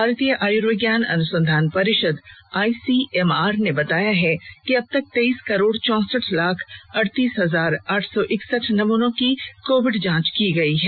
भारतीय आयुर्विज्ञान अनुसंधान परिषद आईसीएमआर ने बताया कि अब तक तेईस करोड़ चौसठ लाख अड़तीस हजार आठ सौ इकसठ नमूनों की कोविड जांच की गई है